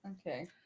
Okay